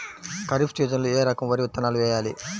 ఖరీఫ్ సీజన్లో ఏ రకం వరి విత్తనాలు వేయాలి?